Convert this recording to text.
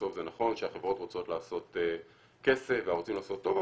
בסוף זה נכון שהחברות רוצות לעשות כסף ורוצים לעשות טוב,